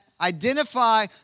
identify